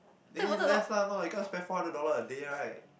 then eat less lah nor I got spend four hundred dollar a day right